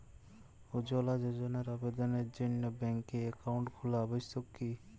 উজ্জ্বলা যোজনার আবেদনের জন্য ব্যাঙ্কে অ্যাকাউন্ট খোলা আবশ্যক কি?